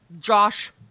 Josh